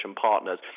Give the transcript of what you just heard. partners